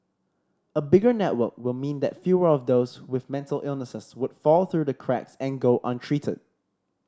a bigger network will mean that fewer of those with mental illness would fall through the cracks and go untreated